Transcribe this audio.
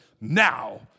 now